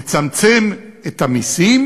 לצמצם את המסים,